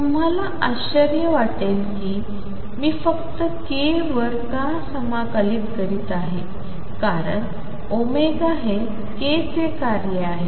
तुम्हाला आश्चर्य वाटेल की मी फक्त k वर का समाकलित करत आहे कारण ω हे k चे कार्य आहे